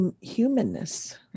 humanness